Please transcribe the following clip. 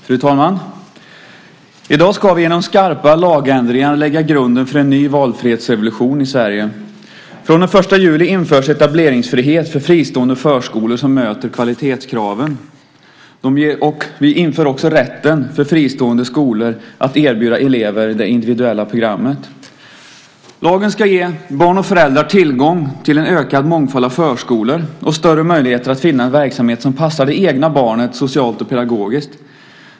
Fru talman! I dag ska vi med hjälp av skarpa lagändringar lägga grunden för en ny valfrihetsrevolution i Sverige. Den 1 juli införs etableringsfrihet för fristående förskolor som möter kvalitetskraven. Vi inför också rätten för fristående skolor att erbjuda elever det individuella programmet. Lagen ska ge barn och föräldrar tillgång till en ökad mångfald av förskolor och större möjligheter att finna en verksamhet som passar det egna barnet socialt och pedagogiskt.